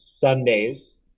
Sundays